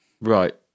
Right